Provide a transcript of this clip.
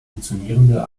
funktionierende